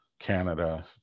Canada